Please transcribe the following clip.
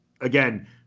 again